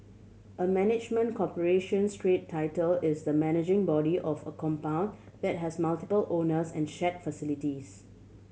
a management corporation strata title is the managing body of a compound that has multiple owners and share facilities